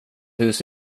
hus